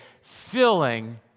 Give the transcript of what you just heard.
filling